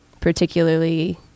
particularly